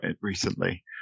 recently